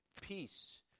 Peace